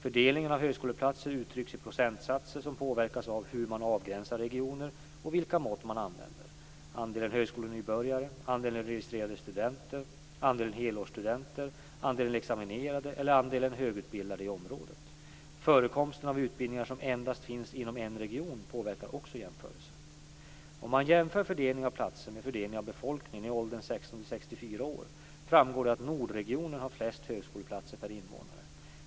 Fördelningen av högskoleplatser uttrycks i procentsatser som påverkas av hur man avgränsar regioner och vilka mått man använder - andelen högskolenybörjare, andelen registrerade studenter, andelen helårsstudenter, andelen examinerade eller andelen högutbildade i området. Förekomsten av utbildningar som endast finns inom en region påverkar också jämförelsen. Om man jämför fördelningen av platser med fördelningen av befolkningen i åldern 16-64 år, framgår det att nordregionen har flest högskoleplatser per innevånare.